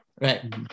Right